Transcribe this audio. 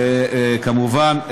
כמובן,